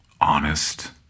honest